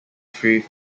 through